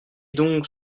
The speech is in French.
donc